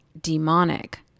demonic